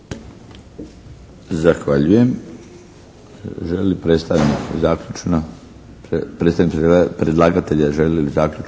Zahvaljujem.